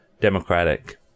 democratic